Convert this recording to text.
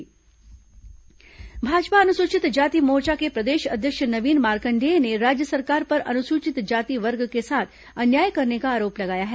भाजपा अनु जाति आरोप भाजपा अनुसूचित जाति मोर्चा के प्रदेश अध्यक्ष नवीन मार्कंडेय ने राज्य सरकार पर अनुसूचित जाति वर्ग के साथ अन्याय करने का आरोप लगाया है